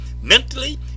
mentally